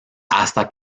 hasta